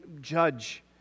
judge